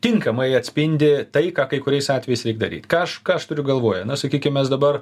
tinkamai atspindi tai ką kai kuriais atvejais reik daryt ką aš ką aš turiu galvoje na sakykime dabar